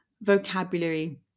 vocabulary